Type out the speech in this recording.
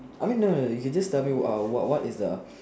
I mean no no you can just tell me uh what what is the